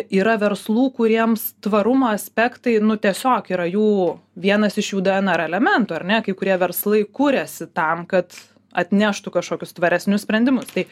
yra verslų kuriems tvarumo aspektai nu tiesiog yra jų vienas iš jų dnr elementų ar ne kai kurie verslai kuriasi tam kad atneštų kažkokius tvaresnius sprendimus tai